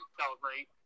celebrate